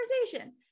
conversation